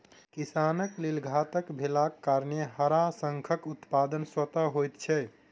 किसानक लेल घातक भेलाक कारणेँ हड़ाशंखक उत्पादन स्वतः होइत छै